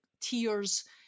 tears